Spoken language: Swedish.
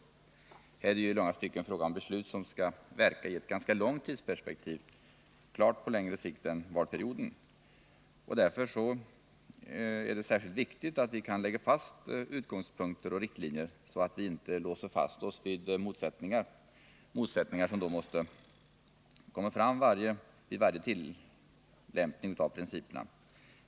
Här är det ju i långa stycken fråga om beslut som skall verka i ett ganska långt tidsperspektiv — på klart längre sikt än valperioden. Därför är det särskilt viktigt att vi kan lägga fast utgångspunkter och riktlinjer, så att vi inte låser fast oss vid motsättningar — motsättningar som då måste komma fram vid varje tillämpning av principerna.